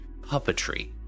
puppetry